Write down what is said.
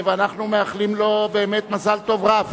ואנחנו מאחלים לו באמת מזל טוב רב.